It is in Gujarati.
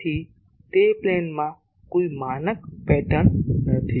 તેથી તે પ્લેનમાં કોઈ માનક પેટર્ન નથી